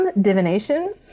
divination